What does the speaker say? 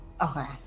Okay